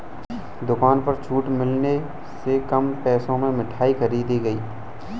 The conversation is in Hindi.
दुकान पर छूट मिलने से कम पैसे में मिठाई खरीदी गई